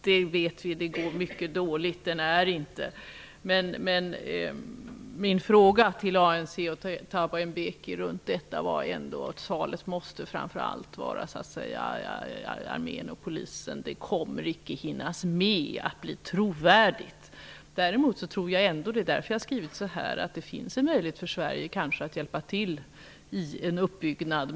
Vi vet att den fungerar mycket dåligt. Min synpunkt till ANC och Thabo Mbeki var att framför allt måste det vara fråga om armén och polisen. Det kommer icke att hinnas med och bli trovärdigt. Det finns kanske en möjlighet för Sverige att hjälpa till i en uppbyggnad.